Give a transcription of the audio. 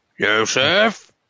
Joseph